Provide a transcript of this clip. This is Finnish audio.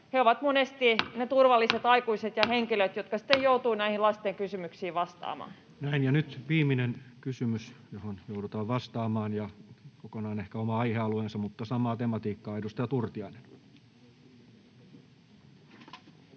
koputtaa] ne turvalliset aikuiset ja henkilöt, jotka sitten joutuvat näihin lasten kysymyksiin vastaamaan. Nyt viimeinen kysymys, johon joudutaan vastaamaan, joka on kokonaan ehkä oma aihealueensa mutta samaa tematiikkaa. — Edustaja Turtiainen.